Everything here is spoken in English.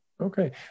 Okay